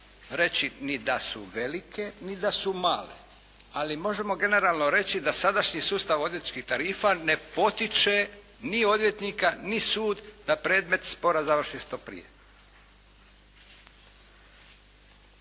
reći ni da su velike ni da su male, ali možemo generalno reći da sadašnji sustav odvjetničkih tarifa ne potiče ni odvjetnika ni sud da predmet spora završi što prije.